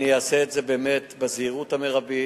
אני אעשה את זה, באמת, בזהירות המרבית,